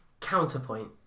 counterpoint